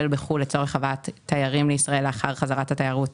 בחו"ל לצורך הבאת תיירים לישראל לאחר חזרת התיירות